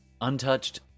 Untouched